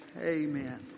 Amen